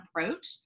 approach